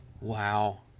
Wow